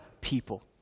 people